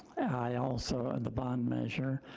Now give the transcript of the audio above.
i also, and the bond measure.